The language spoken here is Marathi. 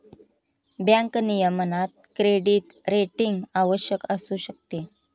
बँक नियमनात क्रेडिट रेटिंग आवश्यक असू शकते